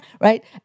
right